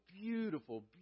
beautiful